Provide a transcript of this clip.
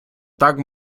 так